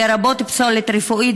לרבות פסולת רפואית,